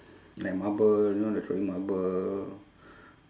like marble you know the throwing marble